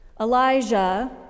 Elijah